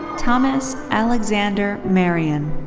thomas alexander marion.